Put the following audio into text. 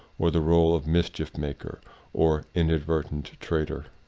or the role of mis chief-maker or inadvertent traitor.